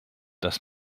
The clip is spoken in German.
dass